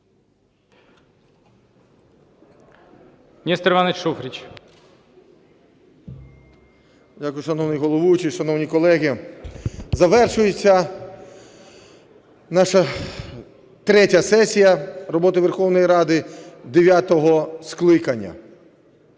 Дякую, шановний головуючий. Шановні колеги, завершується наша третя сесія роботи Верховної Ради дев'ятого скликання.